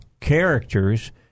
characters